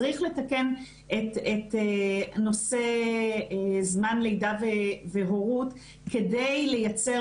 צריך לתקן את נושא זמן לידה והורות כדי לייצר